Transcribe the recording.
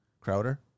Crowder